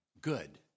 good